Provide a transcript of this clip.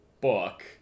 book